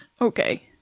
Okay